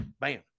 bam